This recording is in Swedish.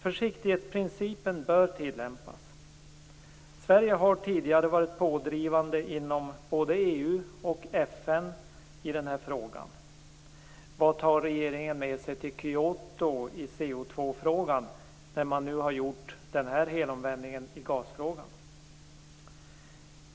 Försiktighetsprincipen bör tillämpas. Sverige har tidigare varit pådrivande inom både EU och FN i denna fråga. Vad tar regeringen med sig till Kyoto i CO2-frågan, när man nu har gjort denna helomvändning i gasfrågan?